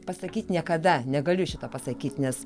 pasakyt niekada negaliu šito pasakyti nes